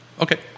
okay